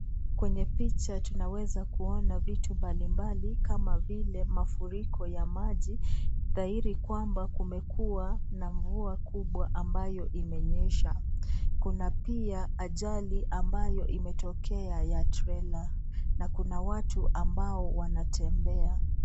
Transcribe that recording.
Kwenye picha tunaweza kuona vitu mbalimbali kama vile mafuriko ya maji dhahiri kwamba kumekuwa na mvua kubwa ambayo imenyesha Kuna pia ajali ambayo umetokea ya trelaa na Kuna watu ambao wanatembea.